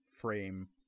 frame